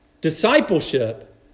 Discipleship